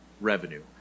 revenue